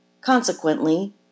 Consequently